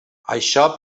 això